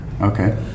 Okay